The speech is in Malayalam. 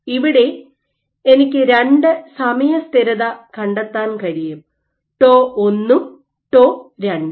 ഇവിടെ എനിക്ക് രണ്ട് സമയസ്ഥിരത കണ്ടെത്താൻ കഴിയും ടോ 1 ഉം ടോ 2 ഉം